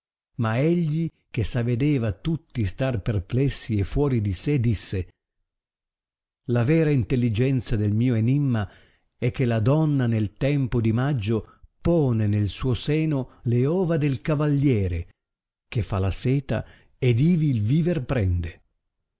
ma egli che s avedeva tutti star perplessi e fuori di sé disse la vera intelligenza del mio enimma è che la donna nel tempo di maggio pone nel suo seno le ova del cavalliere che fa la seta ed ivi il viver prende